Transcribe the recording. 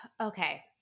Okay